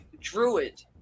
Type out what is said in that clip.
Druid